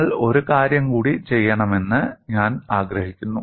നിങ്ങൾ ഒരു കാര്യം കൂടി ചെയ്യണമെന്ന് ഞാൻ ആഗ്രഹിക്കുന്നു